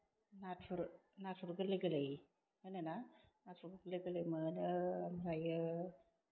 नाथुर नाथुर गोरलै गोरलै होनोना नाथुर गोरलै गोरलै मोनो आमफ्रायो